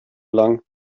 lang